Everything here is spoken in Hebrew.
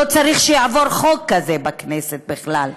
ולא צריך שיעבור חוק כזה בכנסת בכלל,